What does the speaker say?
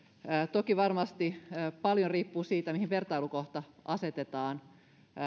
toki varmasti paljon riippuu siitä mihin vertailukohta asetetaan